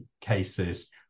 cases